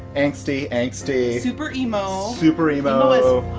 angsty, angsty. super emo. super emo.